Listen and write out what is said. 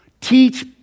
Teach